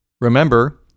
Remember